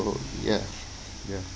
ya ya